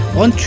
on